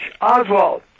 Oswald